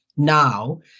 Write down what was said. Now